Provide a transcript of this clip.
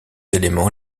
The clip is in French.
éléments